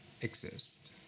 exist